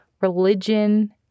religion